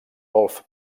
golf